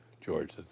George